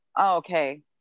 Okay